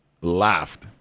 laughed